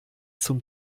zum